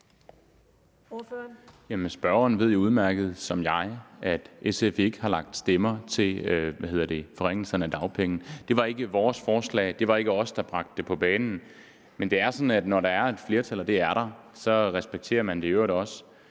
spørgeren ved jo udmærket, som jeg, at SF ikke har lagt stemmer til – hvad hedder det? – forringelserne af dagpengene. Det var ikke vores forslag, der var ikke os, der bragte det på bane. Men det er sådan, at når der er et flertal, og det er der, respekterer man det i øvrigt også.